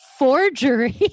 forgery